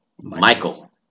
Michael